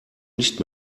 nicht